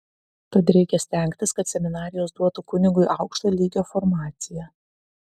tad reikia stengtis kad seminarijos duotų kunigui aukšto lygio formaciją